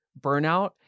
burnout